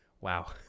Wow